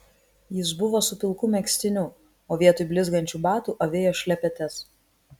jis buvo su pilku megztiniu o vietoj blizgančių batų avėjo šlepetes